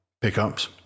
pickups